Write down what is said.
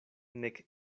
nek